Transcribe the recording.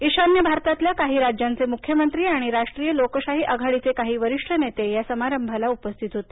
ईशान्य भारतातल्या काही राज्यांचे मुख्यमंत्री आणि राष्ट्रीय लोकशाही आघाडीचे काही वरिष्ठ नेते या समारंभाला उपस्थित होते